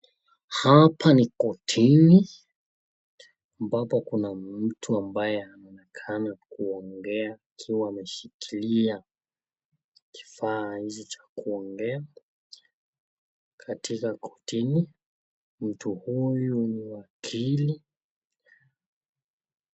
Hapa ni kotini ambapo kuna mtu ambaye anaonekana kuongea akiwa anashikilia kifaa hizi cha kuongea katika kotini. Mtu huyu ni wakili.